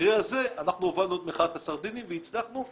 במקרה הזה אנחנו הובלנו את מחאת הסרדינים והצלחנו.